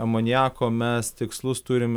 amoniako mes tikslus turim